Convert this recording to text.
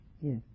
Yes